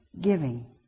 Giving